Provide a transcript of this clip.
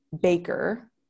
baker